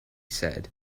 said